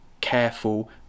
careful